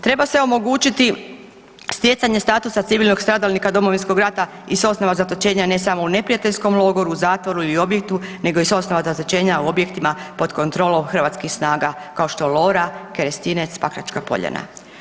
Treba se omogućiti stjecanje statusa civilnog stradalnika Domovinskog rata i sa osnova zatočenja ne samo u neprijateljskom logoru, u zatvoru ili objektu nego i sa osnova nazočenja u objektima pod kontrolom hrvatskih snaga kao što je Lora, Kerestinec, Pakračka Poljana.